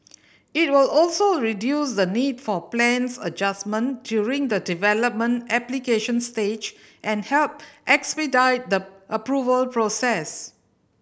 it will also reduce the need for plans adjustment during the development application stage and help expedite the approval process